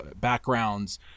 backgrounds